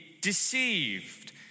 deceived